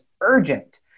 urgent